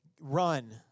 run